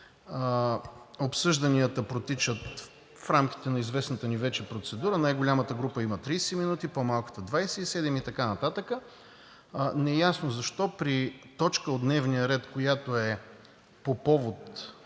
обсъжданията протичат в рамките на известната ни вече процедура – най-голямата група има 30 минути, по-малката – 27, и така нататък. Неясно защо при точка от дневния ред, която е по повод